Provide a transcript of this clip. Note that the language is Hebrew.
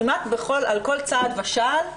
כמעט על כל צעד ושעל,